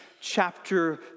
chapter